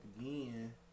again